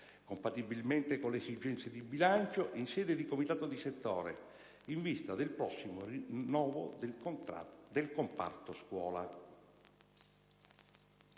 compatibilmente con le esigenze di bilancio, in sede di comitato di settore, in vista del prossimo rinnovo contrattuale del comparto scuola.